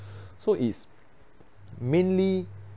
so is mainly